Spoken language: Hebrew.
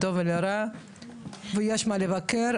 ויש סדר עדיפויות של השר,